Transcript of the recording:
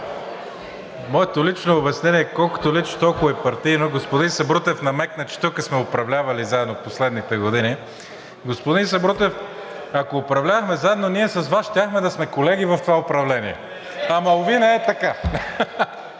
Моето лично обяснение е колкото лично, толкова и партийно. Господин Сабрутев намекна, че тук сме управлявали заедно в последните години. Господин Сабрутев, ако управлявахме заедно, ние с Вас щяхме да сме колеги в това управление, ама, уви, не е така.